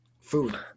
food